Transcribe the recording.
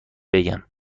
بگم